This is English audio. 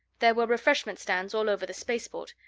there were refreshment stands all over the spaceport,